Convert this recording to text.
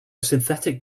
synthetic